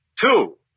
Two